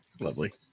Lovely